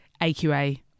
AQA